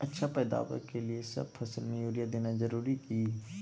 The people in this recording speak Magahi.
अच्छा पैदावार के लिए सब फसल में यूरिया देना जरुरी है की?